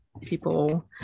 people